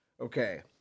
okay